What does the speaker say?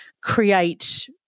create